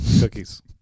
Cookies